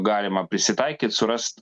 galima prisitaikyt surast